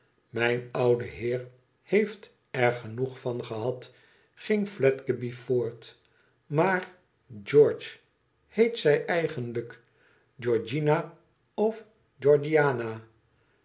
mijn oude heer heeft er genoeg van gehad ging fiedgeby voort tmaar geor heet zij eigenlijk corgina of